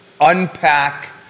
unpack